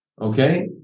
Okay